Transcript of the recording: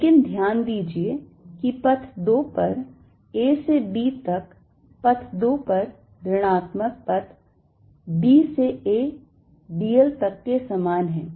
लेकिन ध्यान दीजिए कि पथ 2 पर A से B तक पथ 2 पर ऋणात्मक पथ B से A dl तक के समान है